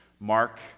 Mark